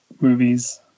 movies